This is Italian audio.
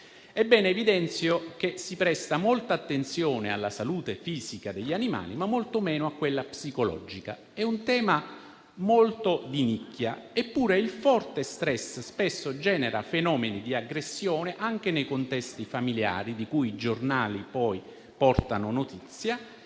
ma evidenzio che si presta molta attenzione alla salute fisica degli animali, ma molto meno a quella psicologica: è un tema molto di nicchia, eppure il forte stress spesso genera fenomeni di aggressione anche nei contesti familiari, di cui i giornali poi portano notizia,